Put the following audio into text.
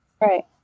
right